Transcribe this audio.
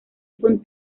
upon